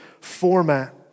format